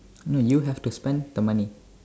no you have to spend the money